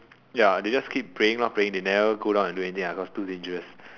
ya they just keep praying lor praying they never go down and do anything ah cause too dangerous